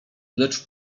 lecz